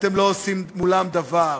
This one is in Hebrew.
אתם לא עושים מולם דבר.